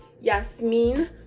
Yasmin